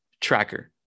tracker